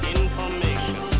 information